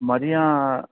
ماریاں